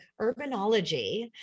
Urbanology